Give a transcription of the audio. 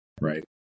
Right